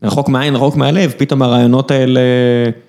רחוק מעין, רחוק מהלב, פתאום הרעיונות האלה...